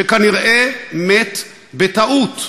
שכנראה מת בטעות,